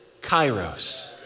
Kairos